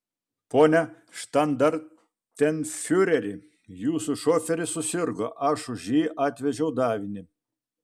pone štandartenfiureri jūsų šoferis susirgo aš už jį atvežiau davinį